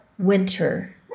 winter